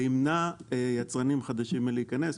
זה ימנע יצרנים חדשים מלהיכנס,